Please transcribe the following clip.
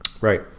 Right